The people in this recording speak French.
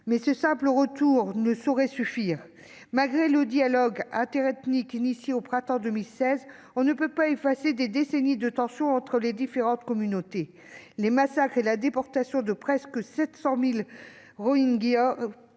mais ce simple retour ne saurait suffire. Malgré le dialogue interethnique engagé au printemps 2016, on ne peut pas effacer des décennies de tensions entre les différentes communautés. Les massacres et la déportation de presque 700 000 Rohingyas,